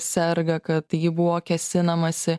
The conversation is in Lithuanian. serga kad į ji buvo kėsinamasi